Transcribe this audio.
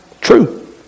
True